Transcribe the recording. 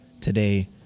today